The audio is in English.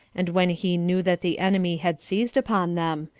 and when he knew that the enemy had seized upon them,